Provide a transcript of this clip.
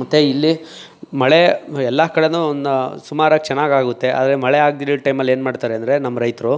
ಮತ್ತೆ ಇಲ್ಲಿ ಮಳೆ ಎಲ್ಲ ಕಡೆಯೂ ಸುಮಾರಾಗಿ ಚೆನ್ನಾಗಾಗುತ್ತೆ ಆದರೆ ಮಳೆ ಆಗದಿರೋ ಟೈಮಲ್ಲಿ ಏನು ಮಾಡ್ತಾರೆ ಅಂದರೆ ನಮ್ಮ ರೈತರು